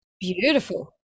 Beautiful